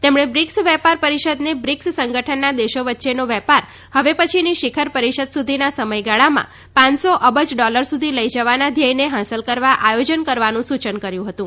તેમણે બ્રિક્સ વેપાર પરિષદને બ્રિક્સ સંગઠનના દેશો વચ્ચેનો વેપાર હવે પછીની શિખર પરિષદ સુધીના સમયગાળામાં પાંચસો અબજ ડોલર સુધી લઈ જવાના ધ્યેયને હાંસલ કરવા આયોજન કરવાનું સૂચન કર્યું હતું